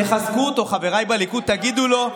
תחזקו אותו, חבריי בליכוד, תגידו לו.